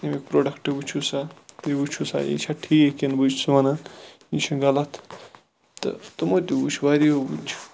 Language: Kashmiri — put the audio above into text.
أمِکۍ پروڈَکٹ وٕچھو سا یہِ وٕچھو سا یہِ چھا ٹھیٖک کِنہٕ بٕیہِ چھُس وَنان یہِ چھُنہٕ غَلَط تہٕ تِمو تہِ وٕچھ واریَہو وٕچھ